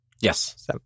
Yes